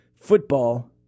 football